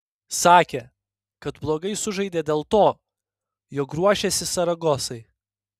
sakė kad blogai sužaidė dėl to jog ruošėsi saragosai